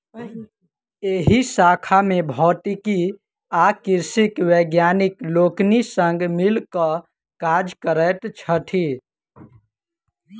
एहि शाखा मे भौतिकी आ कृषिक वैज्ञानिक लोकनि संग मिल क काज करैत छथि